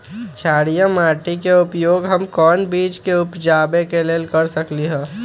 क्षारिये माटी के उपयोग हम कोन बीज के उपजाबे के लेल कर सकली ह?